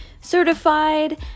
certified